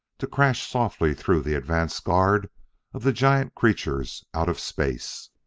to crash softly through the advance guard of the giant creatures out of space.